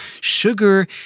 Sugar